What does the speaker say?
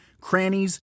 crannies